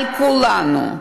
על כולנו,